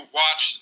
watch